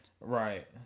Right